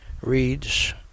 reads